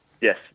Yes